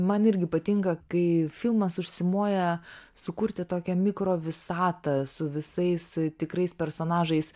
man irgi patinka kai filmas užsimoja sukurti tokią mikro visatą su visais tikrais personažais